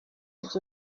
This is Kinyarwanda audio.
nabyo